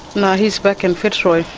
no, he is back in fitzroy.